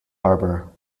harbour